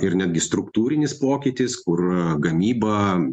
ir netgi struktūrinis pokytis kur gamyba